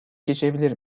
geçebilir